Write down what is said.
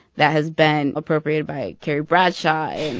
that has been appropriated by carrie bradshaw and.